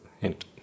hint